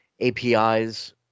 APIs